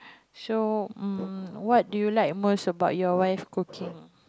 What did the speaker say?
so um what do you like the most about your wife cooking